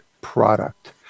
product